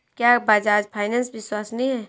क्या बजाज फाइनेंस विश्वसनीय है?